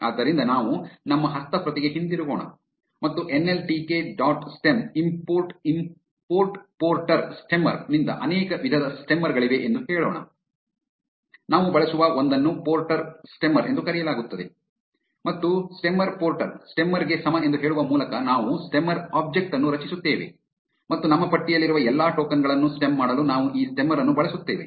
ಆದ್ದರಿಂದ ನಾವು ನಮ್ಮ ಹಸ್ತಪ್ರತಿಗೆ ಹಿಂತಿರುಗೋಣ ಮತ್ತು N L T K dot stem import Porter stemmer ನಿಂದ ಅನೇಕ ವಿಧದ ಸ್ಟೆಮ್ಮರ್ ಗಳಿವೆ ಎಂದು ಹೇಳೋಣ ನಾವು ಬಳಸುವ ಒಂದನ್ನು ಪೋರ್ಟರ್ ಸ್ಟೆಮ್ಮರ್ ಎಂದು ಕರೆಯಲಾಗುತ್ತದೆ ಮತ್ತು ಸ್ಟೆಮ್ಮರ್ ಪೋರ್ಟರ್ ಸ್ಟೆಮ್ಮರ್ ಗೆ ಸಮ ಎಂದು ಹೇಳುವ ಮೂಲಕ ನಾವು ಸ್ಟೆಮ್ಮರ್ ಆಬ್ಜೆಕ್ಟ್ ಅನ್ನು ರಚಿಸುತ್ತೇವೆ ಮತ್ತು ನಮ್ಮ ಪಟ್ಟಿಯಲ್ಲಿರುವ ಎಲ್ಲಾ ಟೋಕನ್ ಗಳನ್ನು ಸ್ಟೆಮ್ ಮಾಡಲು ನಾವು ಈ ಸ್ಟೆಮರ್ ಅನ್ನು ಬಳಸುತ್ತೇವೆ